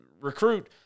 recruit